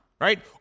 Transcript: Right